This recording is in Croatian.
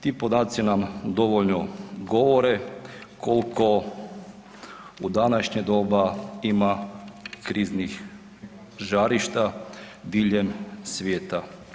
Ti podaci nam dovoljno govore koliko u današnje doba ima kriznih žarišta diljem svijeta.